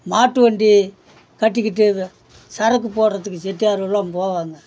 மாட்டு வண்டி கட்டிக்கிட்டு சரக்கு போடுறத்துக்கு செட்டியாரெல்லாம் போவாங்க